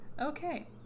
okay